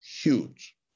huge